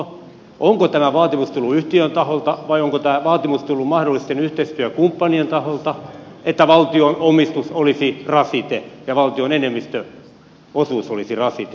onko tämä vaatimus tullut yhtiön taholta vai onko tämä vaatimus tullut mahdollisten yhteistyökumppanien taholta että valtion omistus olisi rasite ja valtion enemmistöosuus olisi rasite